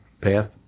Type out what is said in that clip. path